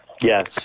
Yes